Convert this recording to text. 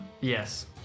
Yes